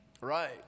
Right